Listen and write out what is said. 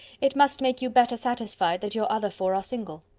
it must make you better satisfied that your other four are single.